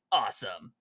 awesome